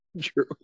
true